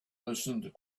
listened